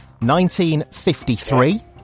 1953